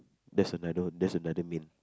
that's another that's another main